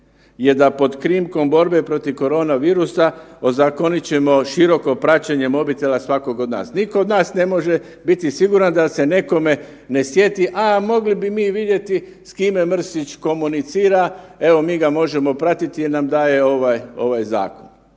je da pod krinkom borbe protiv koronavirusa ozakonit ćemo široko praćenje mobitela svakog od nas. Nikog od nas ne može biti siguran da se nekome ne sjeti, a mogli bi mi vidjeti s kime Mrsić komunicira, evo mi ga možemo pratiti jer nam daje ovaj zakon.